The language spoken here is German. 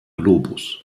globus